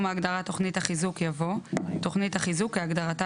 ההגדרה "תכנית החיזוק" יבוא: ""תוכנית החיזוק" כהגדרתה